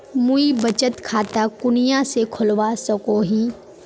मुई बचत खता कुनियाँ से खोलवा सको ही?